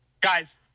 Guys